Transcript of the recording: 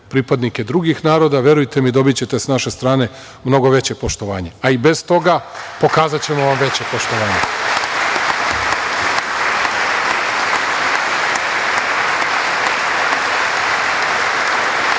pripadnike drugih naroda, verujte mi, dobićete sa naše strane mnogo veće poštovanje, a i bez toga pokazaćemo vam veće poštovanje.